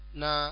na